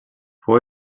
fou